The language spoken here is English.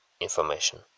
information